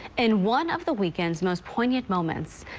and one of the weekend's most poignant moments,